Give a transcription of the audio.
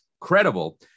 credible